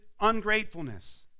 ungratefulness